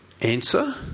Answer